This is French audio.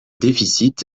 déficit